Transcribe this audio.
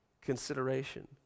consideration